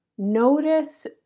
Notice